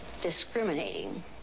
discriminating